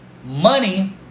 Money